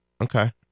Okay